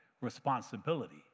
responsibility